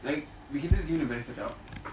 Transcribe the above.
like we can just give them